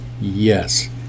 yes